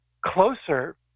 closer